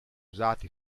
usato